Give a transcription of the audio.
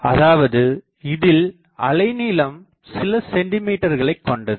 அதாவது இதில் அலைநீளம் சில சென்டிமீட்டர்களைக் கொண்டது